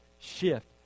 shift